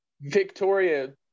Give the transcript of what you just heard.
Victoria